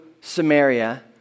Samaria